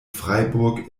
freiburg